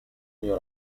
mio